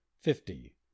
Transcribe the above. fifty